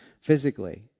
physically